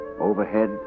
Overhead